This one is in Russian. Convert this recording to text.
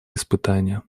испытания